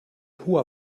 hoher